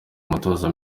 umutoza